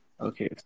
Okay